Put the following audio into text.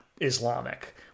Islamic